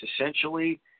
essentially